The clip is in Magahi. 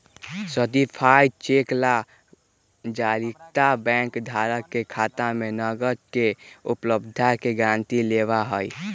सर्टीफाइड चेक ला जारीकर्ता बैंक धारक के खाता में नकद के उपलब्धता के गारंटी देवा हई